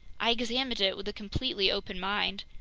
i examined it with a completely open mind.